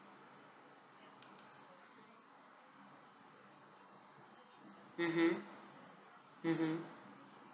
mmhmm mmhmm